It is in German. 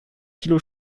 kilo